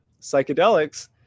psychedelics